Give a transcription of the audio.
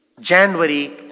January